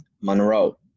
Monroe